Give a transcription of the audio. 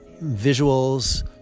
visuals